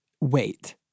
wait